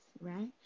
right